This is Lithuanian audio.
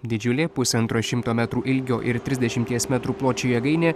didžiulė pusantro šimto metrų ilgio ir trisdešimties metrų pločio jėgainė